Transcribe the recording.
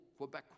Quebecois